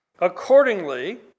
Accordingly